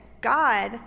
God